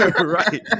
Right